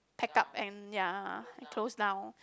pack up and ya he throws down